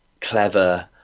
clever